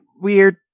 weird